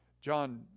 John